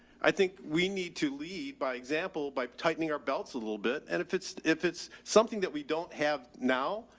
i think we need to lead by example by tightening our belts a little bit. and if it's, if it's something that we don't have now,